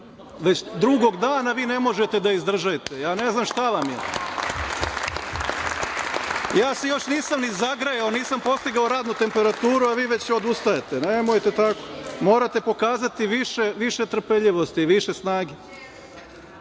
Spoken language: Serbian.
Već drugog dana vi ne možete da izdržite. Ja ne znam šta vam je? Ja se još nisam ni zagrejao, nisam postigao radnu temperaturu, a vi već odustajete. Nemojte tako. Morate pokazati više trpeljivosti i više